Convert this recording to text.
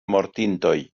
mortintoj